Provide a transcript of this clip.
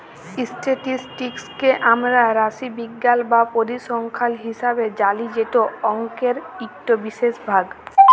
statistics কে আমরা রাশিবিজ্ঞাল বা পরিসংখ্যাল হিসাবে জালি যেট অংকের ইকট বিশেষ ভাগ